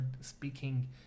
speaking